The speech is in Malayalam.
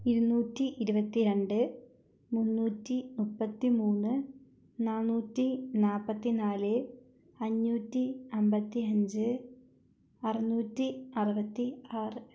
ഇരുന്നൂറ്റി ഇരുപത്തി രണ്ട് മുന്നൂറ്റി മുപ്പത്തിമൂന്ന് നാന്നൂറ്റി നാല്പത്തിനാല് അഞ്ഞൂറ്റി അമ്പത്തിഅഞ്ച് അറുന്നൂറ്റി അറുപത്തി ആറ്